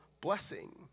blessing